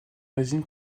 résine